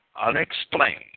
unexplained